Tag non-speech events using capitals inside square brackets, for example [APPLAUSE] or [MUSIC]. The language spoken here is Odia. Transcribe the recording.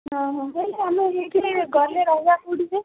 ହଁ ହଁ ହେଲେ ଆମେ [UNINTELLIGIBLE] ଗଲେ ରହିବା କେଉଁଠି ଯେ